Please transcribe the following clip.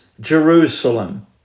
Jerusalem